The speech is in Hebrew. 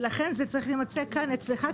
לכן זה צריך להימצא כאן, אצלך.